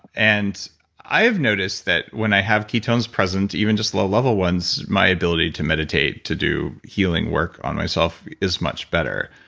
and i've noticed that when i have ketones present even just low level ones, my ability to meditate, to do healing work on myself is much better.